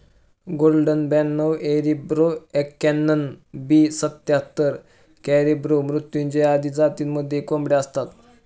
golden ब्याणव करिब्रो एक्याण्णण, बी सत्याहत्तर, कॅरिब्रो मृत्युंजय आदी जातींमध्येही कोंबड्या असतात